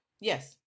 yes